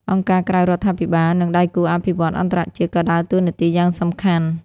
អង្គការក្រៅរដ្ឋាភិបាល និងដៃគូអភិវឌ្ឍន៍អន្តរជាតិក៏ដើរតួនាទីយ៉ាងសំខាន់។